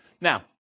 Now